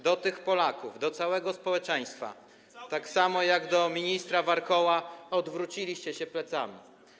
Do tych Polaków, do całego społeczeństwa, tak samo jak do ministra Warchoła, odwróciliście się plecami.